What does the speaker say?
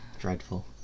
Dreadful